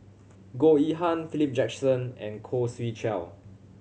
Goh Yihan Philip Jackson and Khoo Swee Chiow